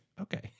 Okay